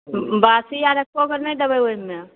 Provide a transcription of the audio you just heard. बासी आर एक्को गो नहि देबै ओहिमे